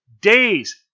days